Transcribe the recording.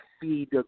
feed